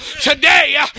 today